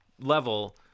level